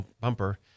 bumper